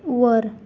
वर